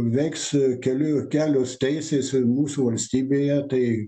veiks keliu kelios teisės ir mūsų valstybėje tai